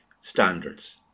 standards